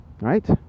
right